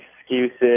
excuses